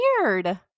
weird